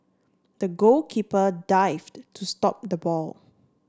the goalkeeper dived to stop the ball